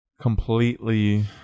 completely